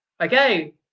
Okay